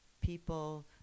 people